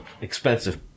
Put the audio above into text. Expensive